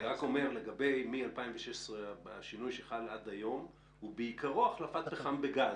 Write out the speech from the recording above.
אני רק אומר שהשינוי שחל מ-2016 עד היום הוא בעיקרו החלפת פחם בגז,